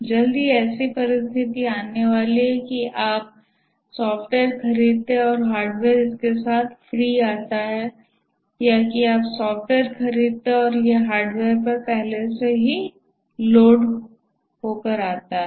जल्द ही ऐसी परिस्थिति आनेवाली है की आप सॉफ़्टवेयर खरीदते हैं और हार्डवेयर इसके साथ फ्री आता है या कि आप सॉफ़्टवेयर खरीदते हैं और यह हार्डवेयर पर पहले से लोड हो आता है